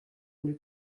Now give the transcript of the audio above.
une